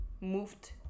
moved